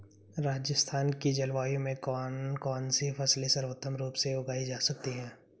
राजस्थान की जलवायु में कौन कौनसी फसलें सर्वोत्तम रूप से उगाई जा सकती हैं?